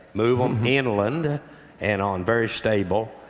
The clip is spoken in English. move them inland and on very stable